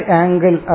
angle